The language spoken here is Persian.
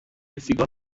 سیگار